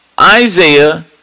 isaiah